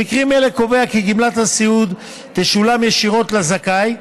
במקרים אלה נקבע כי גמלת הסיעוד תשולם ישירות לזכאי,